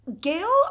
Gail